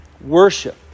worship